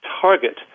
target